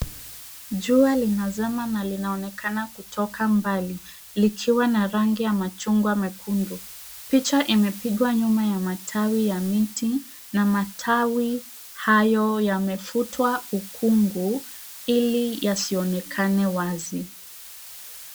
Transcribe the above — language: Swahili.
Jua lina zama na linonekana kutoka mbali likwa na rangi ya machungwa mekundu. Picha imepigwa nyuma ya matawi ya miti na matawi hayo yamefutwa ili yasionekane wazi.